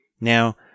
Now